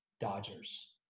dodgers